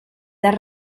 dal